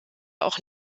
auch